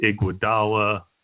Iguodala